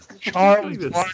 Charlie